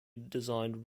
designed